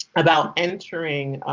about entering.